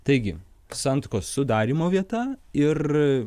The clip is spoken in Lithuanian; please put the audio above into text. taigi santuokos sudarymo vieta ir